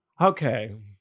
Okay